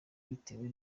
bitewe